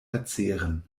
verzehren